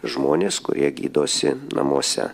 žmonės kurie gydosi namuose